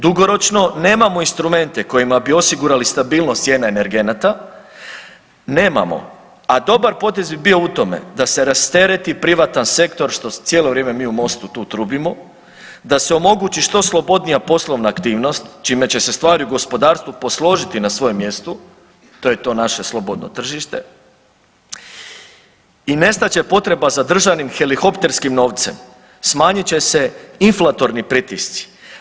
Dugoročno nemamo instrumente kojima bi osigurali stabilnost cijena energenata, a dobar potez bi bio u tome da se rastereti privatan sektor što cijelo vrijeme mi u MOST-u tu trubimo, da se omogući što slobodnija poslovna aktivnost čime će se stvari u gospodarstvu posložiti na svojem mjestu, to je to naše slobodno tržište i nestat će potreba za državnim helihopterskim novcem, smanjit će se inflatorni pritisci.